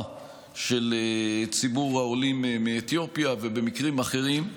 של ציבור העולים מאתיופיה ובמקרים אחרים.